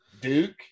duke